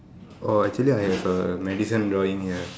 orh actually I have a medicine drawing here